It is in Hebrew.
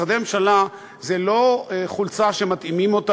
משרדי ממשלה זה לא חולצה שמתאימים אותה